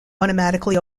automatically